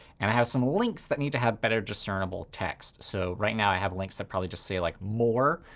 and i have some links that need to have better discernible text. so right now, i have links that probably just say like more.